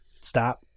stop